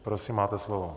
Prosím, máte slovo.